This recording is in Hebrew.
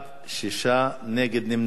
6, נגד ונמנעים אין.